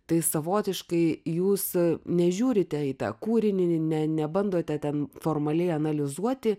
tai savotiškai jūs nežiūrite į tą kūrinį ne ne nebandote ten formaliai analizuoti